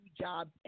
jobs